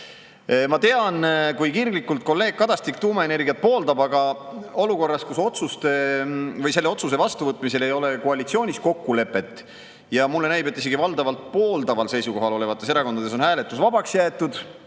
Ma tean, kui kirglikult kolleeg Kadastik tuumaenergiat pooldab, aga olukorras, kus selle otsuse vastuvõtmisel ei ole koalitsioonis kokkulepet ja mulle näib, et isegi valdavalt pooldaval seisukohal olevates erakondades on hääletus vabaks jäetud,